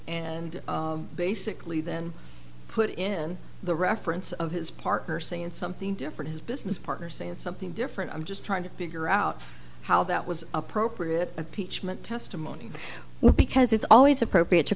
and basically then put in the reference of his partner seen something different his business partner saying something different i'm just trying to figure out how that was appropriate pietschmann testimony well because it's always appropriate to